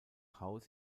haus